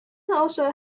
also